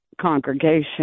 congregation